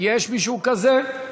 יש מישהו כזה?